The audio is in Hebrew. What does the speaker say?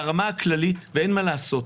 ברמה הכללית ואין מה לעשות,